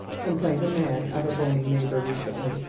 complained a man of a bony neighbor recently,